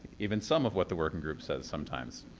even some of what the working group says. sometimes.